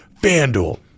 FanDuel